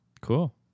Cool